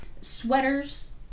Sweaters